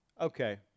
Okay